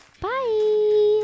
Bye